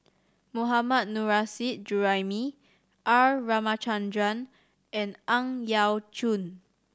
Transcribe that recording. Mohammad Nurrasyid Juraimi R Ramachandran and Ang Yau Choon